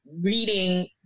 reading